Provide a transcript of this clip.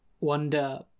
wonder